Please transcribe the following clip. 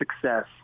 success